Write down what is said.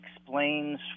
explains